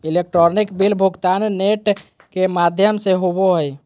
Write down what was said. electronic bill भुगतान net के माघ्यम से होवो हइ